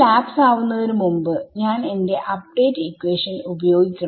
lapse ആവുന്നതിനു മുമ്പ് ഞാൻ എന്റെ അപ്ഡേറ്റ് ഇക്വേഷൻ ഉപയോഗിക്കണം